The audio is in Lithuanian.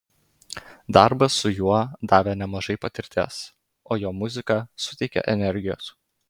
darbas su juo davė nemažai patirties o jo muzika suteikia energijos